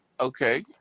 Okay